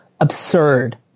absurd